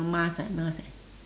mask eh mask eh